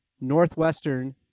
Northwestern